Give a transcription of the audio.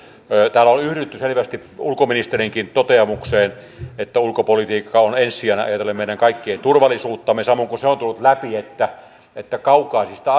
täällä on yhdytty selvästi ulkoministerinkin toteamukseen että ulkopolitiikka on ensisijainen ajatellen meidän kaikkien turvallisuutta samoin kuin se on tullut läpi että että kaukaisista